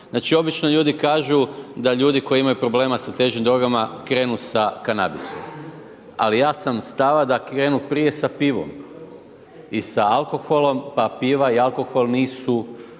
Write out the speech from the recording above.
Znači, obično ljudi kažu da ljudi koji imaju problema sa težim drogama, krenu sa kanabisom, ali ja sam stava da krenu prije sa pivom i sa alkoholom, pa piva i alkohol nisu